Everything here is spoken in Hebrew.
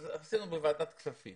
אז עשינו בוועדת כספים